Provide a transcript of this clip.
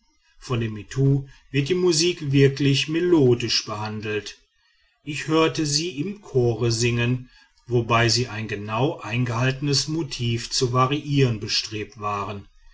von den mittu wird die musik wirklich melodisch behandelt ich hörte sie im chor singen wobei sie ein genau eingehaltenes motiv zu variieren bestrebt waren